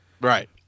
right